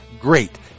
great